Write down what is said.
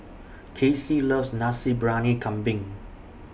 Casey loves Nasi Briyani Kambing